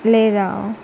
లేదా